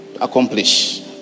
accomplish